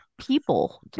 people